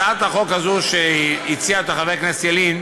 הצעת החוק הזו שהציע חבר הכנסת ילין